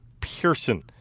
Pearson